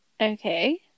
Okay